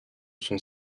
son